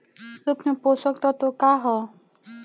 सूक्ष्म पोषक तत्व का ह?